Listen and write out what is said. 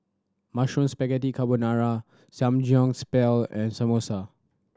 Mushroom Spaghetti Carbonara Samgyeopsal and Samosa